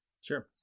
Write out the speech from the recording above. sure